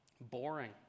boring